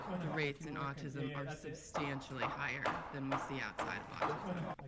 the rates in autism are substantially higher than we see outside of autism.